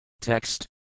Text